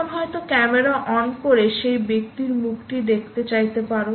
এখন হয়তো camera on করে সেই ব্যক্তির মুখটি দেখতে চাইতে পারো